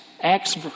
Acts